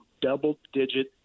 double-digit